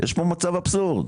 פה מצב אבסורדי,